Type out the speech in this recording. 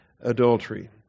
adultery